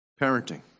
parenting